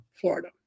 Florida